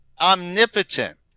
omnipotent